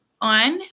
on